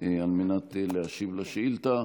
להשיב על השאילתה.